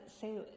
say